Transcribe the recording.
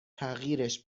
تغییرش